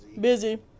busy